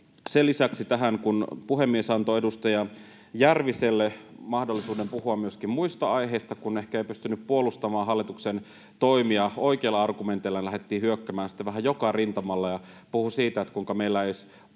sen lisäksi tähän, kun puhemies antoi edustaja Järviselle mahdollisuuden puhua myöskin muista aiheista. Kun hän ehkä ei pystynyt puolustamaan hallituksen toimia oikeilla argumenteilla, lähti hyökkäämään sitten vähän joka rintamalla ja puhui siitä, kuinka meillä ei edes